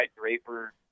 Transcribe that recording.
Draper